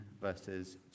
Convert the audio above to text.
verses